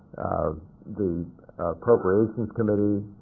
the appropriations committee,